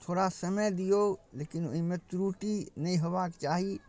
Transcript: थोड़ा समय दिऔ लेकिन ओहिमे त्रुटि नहि हेबाके चाही